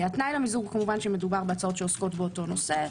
התנאי למיזוג הוא כמובן שמדובר בהצעות שעוסקות באותו נושא.